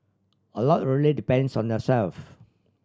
a lot really depends on yourself